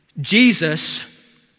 Jesus